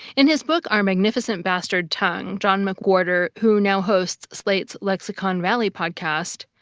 in his book our magnificent bastard tongue, john mcwhorter, who now hosts slate's lexicon valley podcast,